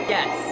Yes